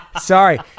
sorry